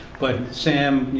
but sam,